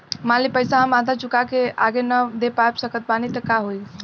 मान ली पईसा हम आधा चुका के आगे न दे पा सकत बानी त का होई?